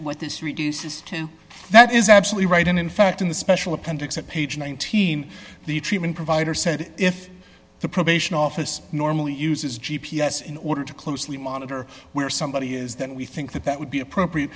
what this reduces to that is absolutely right and in fact in the special appendix at page nineteen the treatment provider said if the probation office normally uses g p s in order to closely monitor where somebody is then we think that that would be appropriate